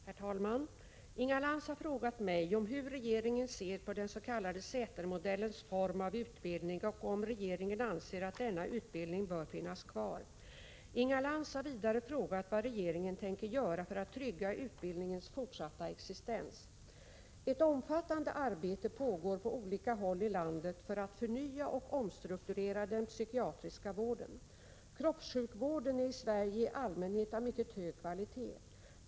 Herr talman! Inga Lantz har frågat mig om hur regeringen ser på den s.k. Sätermodellens form av utbildning och om regeringen anser att denna utbildning bör finnas kvar. Inga Lantz har vidare frågat vad regeringen tänker göra för att trygga utbildningens fortsatta existens. Ett omfattande arbete pågår på olika håll i landet för att förnya och omstrukturera den psykiatriska vården. Kroppssjukvården är i Sverige i allmänhet av mycket hög kvalitet.